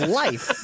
life